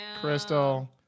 Crystal